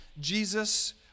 Jesus